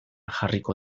jarriko